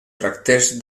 tractés